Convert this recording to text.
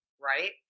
right